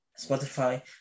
spotify